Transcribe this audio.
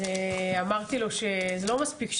אז אמרתי לו שזה לא מספיק שתדבר,